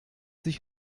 sich